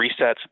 resets